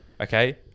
Okay